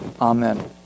Amen